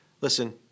Listen